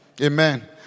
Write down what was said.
Amen